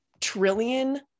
trillion